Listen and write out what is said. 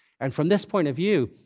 and from this point of view,